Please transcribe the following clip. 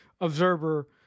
observer